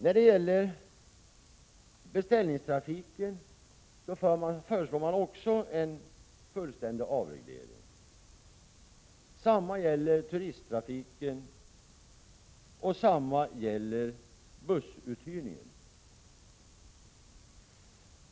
När det gäller beställningstrafiken föreslår man också en fullständig avreglering. Detsamma gäller turisttrafiken och bussuthyrningen.